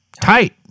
tight